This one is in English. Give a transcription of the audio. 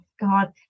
God